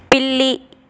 పిల్లి